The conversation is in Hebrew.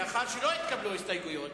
לאחר שלא התקבלו ההסתייגויות,